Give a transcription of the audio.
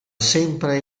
sempre